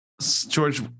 George